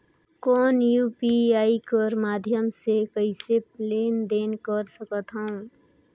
कौन यू.पी.आई कर माध्यम से कइसे लेन देन कर सकथव?